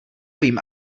vím